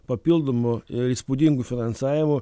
papildomu įspūdingu finansavimu